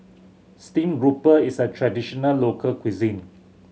steamed grouper is a traditional local cuisine